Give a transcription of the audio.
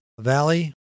Valley